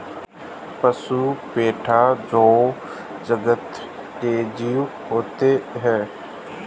पशु मैटा जोवा जगत के जीव होते हैं